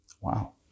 Wow